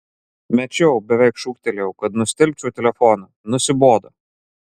mečiau beveik šūktelėjau kad nustelbčiau telefoną nusibodo